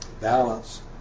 balance